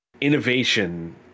innovation